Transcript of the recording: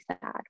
sad